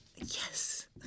Yes